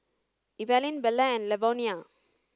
Evaline Belle and Lavonia